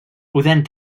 podent